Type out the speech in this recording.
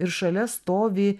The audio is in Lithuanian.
ir šalia stovi